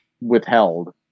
withheld